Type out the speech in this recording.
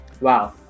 wow